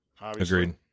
Agreed